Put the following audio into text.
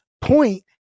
point